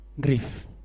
grief